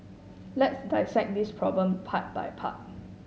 let's dissect this problem part by part